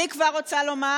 אני כבר רוצה לומר